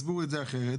יסבירו את זה אחרת,